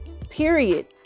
period